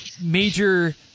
major